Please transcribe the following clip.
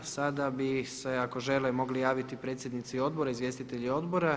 Sada bi se ako žele mogli javiti predsjednici odbora, izvjestitelji odbora.